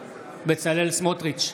סמוטריץ'